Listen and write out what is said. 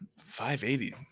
580